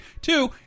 Two